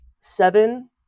seven